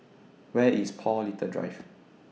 Where IS Paul Little Drive